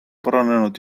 paranenud